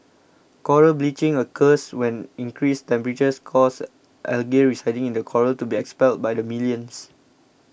coral bleaching occurs when increased temperatures cause algae residing in the coral to be expelled by the millions